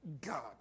God